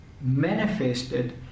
manifested